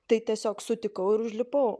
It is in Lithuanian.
tai tiesiog sutikau ir užlipau